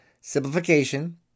Simplification